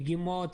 דגימות.